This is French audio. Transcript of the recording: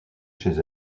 chez